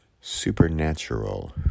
supernatural